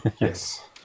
Yes